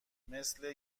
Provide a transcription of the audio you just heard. مثل